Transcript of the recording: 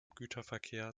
güterverkehr